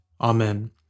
Amen